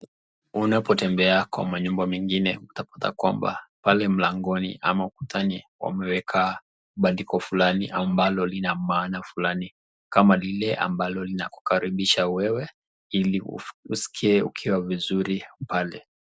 Unapotembea manyumba zingine utaona pale mlangoni ama ukutani, wameweka bandiko fulani ambalo lina maana fulani, kama lile linakaribisha wewe ili uskie vizuri ukiwa pale.